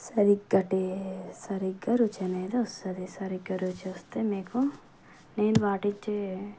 సరిగా టే సరిగా రుచి అనేది వస్తుంది సరిగా రుచి వస్తే మీకు నేను పాటించే